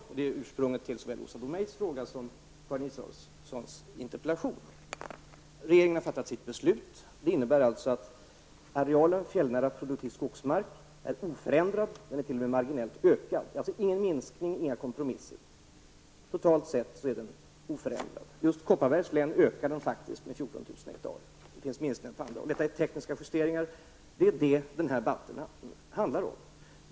Det var ursprunget till såväl Åsa Domeijs fråga som Karin Regeringen har fattat sitt beslut, och det innebär att arealen fjällnära, produktiv skogsmark är oförändrad, ja den har t.o.m. ökat något. Det är således inte fråga om någon minskning eller några kompromisser. I Kopparbergs län sker det faktiskt en ökning med 14 000 ha. På andra håll är det vissa minskningar. Det är fråga om tekniska justeringar, och det är vad denna debatt handlar om.